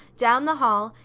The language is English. down the hall,